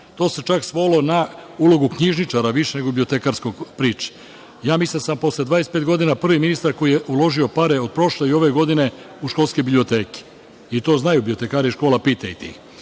To se čak svelo na ulogu knjižničara više, nego bibliotekarska priča. Mislim da sam posle 25 godina prvi ministar koji je uložio pare od prošle i ove godine u školske biblioteke. To znaju bibliotekari škola, pitajte